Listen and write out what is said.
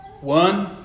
One